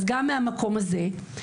אז גם מהמקום הזה.